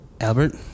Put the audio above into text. Albert